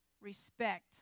respect